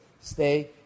Stay